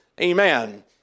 Amen